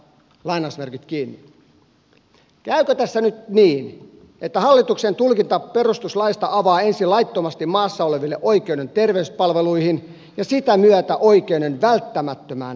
käykö tässä nyt niin että hallituksen tulkinta perustuslaista avaa laittomasti maassa oleville ensin oikeuden terveyspalveluihin ja sitä myötä oikeuden välttämättömään toimeentulotukeen